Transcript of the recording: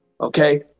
Okay